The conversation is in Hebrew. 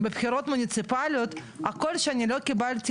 בבחירות מוניציפאליות הקול שאני לא קיבלתי